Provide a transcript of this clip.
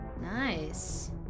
Nice